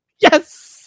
Yes